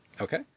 Okay